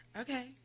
Okay